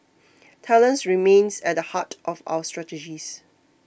talents remains at the heart of our strategies